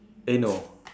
eh no